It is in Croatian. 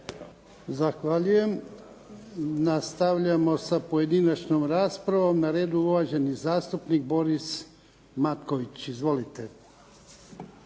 Zahvaljujem. Nastavljamo sa pojedinačnom raspravom. Na redu je uvaženi zastupnik Boris Matković. Izvolite.